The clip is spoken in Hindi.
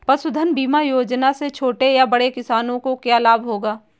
पशुधन बीमा योजना से छोटे या बड़े किसानों को क्या लाभ होगा?